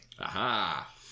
Aha